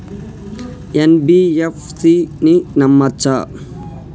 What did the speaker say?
NBFC ని నమ్మచ్చా?